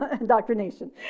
indoctrination